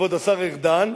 כבוד השר ארדן,